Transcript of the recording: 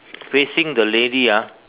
facing the lady ah